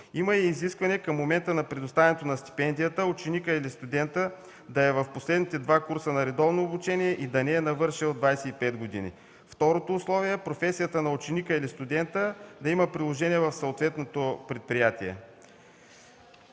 Има изискване към момента на предоставянето на стипендията ученикът или студентът да е в последните два курса на редовно обучение и да не е навършил 25 години. Второто условие е професията на ученика или студента да има приложение в съответното предприятие.